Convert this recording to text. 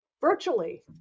virtually